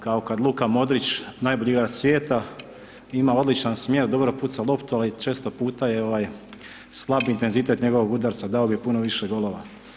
Kao kad Luka Modrić, najbolji igrač svijeta, ima odličan smjer, dobro puca loptu, ali često puta je slab intenzitet njegovog udarca, dao bi puno više golova.